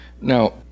Now